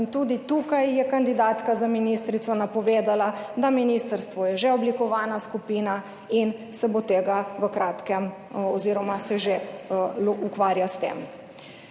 tudi tukaj je kandidatka za ministrico napovedala, da ministrstvo je že oblikovana skupina in se bo tega v kratkem oziroma se že ukvarja s tem.